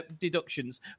deductions